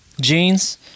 jeans